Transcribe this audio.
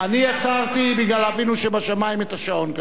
אני עצרתי בגלל אבינו שבשמים את השעון כרגע.